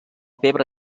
pebre